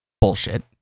bullshit